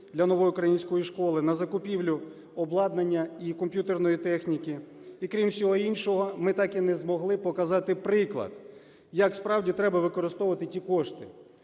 для "Нової української школи", на закупівлю обладнання і комп'ютерної техніки. І, крім всього іншого, ми так і не змогли показати приклад, як справді треба використовувати ті кошти.